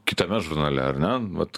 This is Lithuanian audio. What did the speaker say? kitame žurnale ar ne vat